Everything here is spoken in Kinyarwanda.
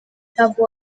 ntabwo